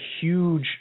huge